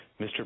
Mr